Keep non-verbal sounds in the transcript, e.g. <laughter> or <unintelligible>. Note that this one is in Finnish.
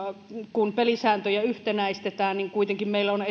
kun pelisääntöjä yhtenäistetään niin kuitenkin meillä on <unintelligible>